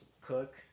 Cook